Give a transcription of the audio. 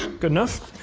good enough.